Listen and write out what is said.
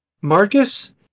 Marcus